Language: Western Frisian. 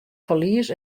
ferlies